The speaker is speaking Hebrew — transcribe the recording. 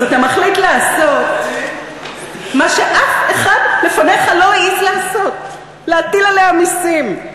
אז אתה מחליט לעשות מה שאף אחד לפניך לא העז לעשות: להטיל עליה מסים,